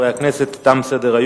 הנני מתכבד להודיע,